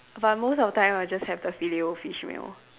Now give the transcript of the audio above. but most of the time I just have the Filet-O-Fish meal